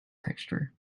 texture